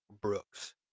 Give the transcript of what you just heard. Brooks